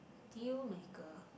deal maker